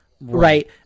Right